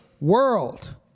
world